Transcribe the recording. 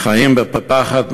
חיים בפחד,